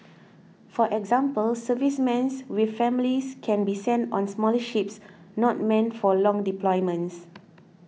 for example servicemens with families can be sent on smaller ships not meant for long deployments